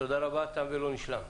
תודה רבה, תם ולא נשלם.